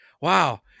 wow